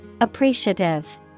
Appreciative